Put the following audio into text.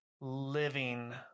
living